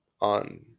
on